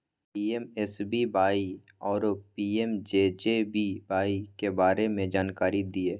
PMSBY आरो PMJJBY के बारे मे जानकारी दिय?